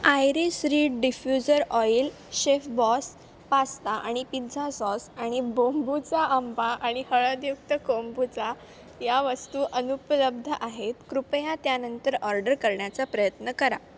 iris reed diffuser oil ChefBoss pasta आणि pizza sauce आणि kombucha आंबा आणि हळदयुक्त कोंबुचा या वस्तू अनुपलब्ध आहेत कृपया त्या नंतर ऑर्डर करण्याचा प्रयत्न करा